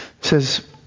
says